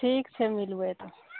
ठीक छै मिलबै तऽ